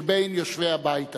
שבין יושבי הבית הזה.